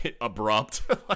abrupt